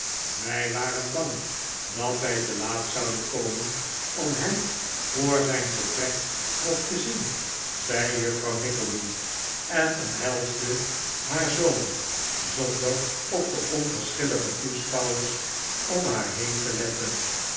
wij waren bang dat wij te laat zouden komen om hem voor zijn vertrek nog te zien zei juffrouw nickleby en omhelsde toebereidselen voor de reis haar zoon zonder op de onverschillige toeschouwers om haar heen te letten